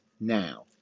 now